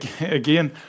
again